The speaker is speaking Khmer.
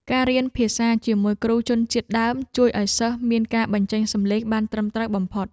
ការរៀនភាសាជាមួយគ្រូជនជាតិដើមជួយឱ្យសិស្សមានការបញ្ចេញសំឡេងបានត្រឹមត្រូវបំផុត។